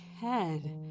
head